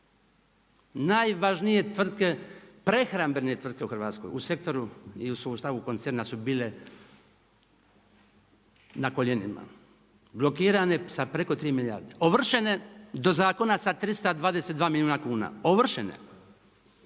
Najvažnije tvrtke, prehrambene tvrtke u Hrvatskoj u sektoru i u sustavu koncerna su bile na koljenima, blokirane sa preko 3 milijarde, ovršene do zakona sa 322 milijuna kuna, ovršene.